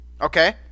Okay